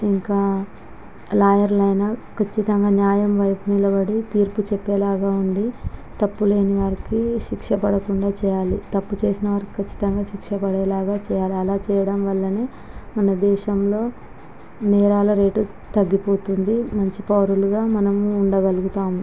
ఇంకా లాయర్లు అయినా కచ్చితంగా న్యాయంవైపు నిలబడి తీర్పు చెప్పేలాగా ఉండి తప్పులేని వారికి శిక్ష పడకుండా చెయ్యాలి తప్పు చేసినవారికి కచ్చితంగా శిక్ష పడేలాగా చెయ్యాలి అలా చెయ్యడంవల్లనే మనదేశంలో నేరాల రేటు తగ్గిపోతుంది మంచి పౌరులుగా మనం ఉండగలుగుతాము